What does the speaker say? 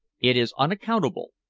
it is unaccountable,